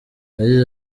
yagize